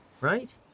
right